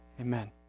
amen